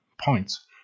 points